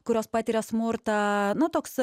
kurios patiria smurtą nu toks